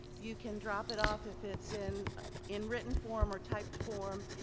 you can drop it off if it's in in written form or typed form,